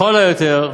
לכל היותר,